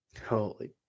Holy